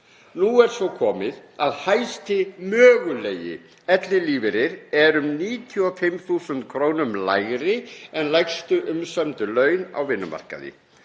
Nú er svo komið að hæsti mögulegi ellilífeyrir er um 95.000 kr. lægri en lægstu umsömdu laun á vinnumarkaði.